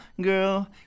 girl